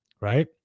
right